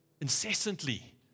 incessantly